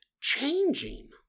changing